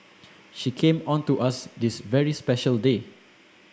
she came on to us on this very special day